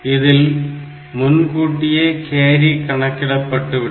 இதில் முன்கூட்டியே கேரி கணக்கிடப்பட்டுவிடும்